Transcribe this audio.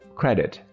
credit